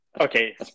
Okay